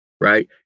right